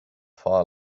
far